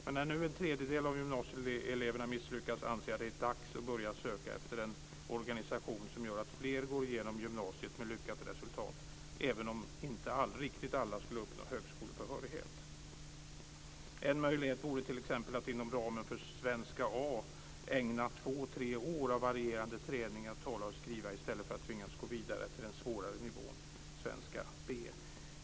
Men när nu en tredjedel av gymnasieeleverna misslyckas anser jag att det är dags att börja söka efter en organisation som gör att fler går igenom gymnasiet med lyckat resultat, även om inte riktigt alla uppnår högskolebehörighet. En möjlighet vore t.ex. att inom ramen för svenska A ägna två tre år åt varierande träning i att tala och skriva i stället för att tvingas gå vidare till den svårare nivån, svenska B.